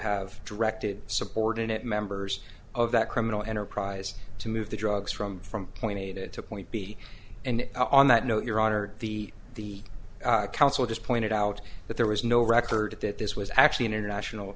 have directed subordinate members of that criminal enterprise to move the drugs from from point a to point b and on that note your honor the the counsel just pointed out that there was no record that this was actually an international